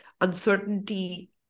uncertainty